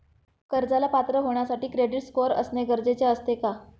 कर्जाला पात्र होण्यासाठी क्रेडिट स्कोअर असणे गरजेचे असते का?